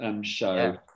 show